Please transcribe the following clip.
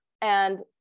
And-